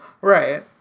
right